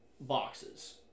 boxes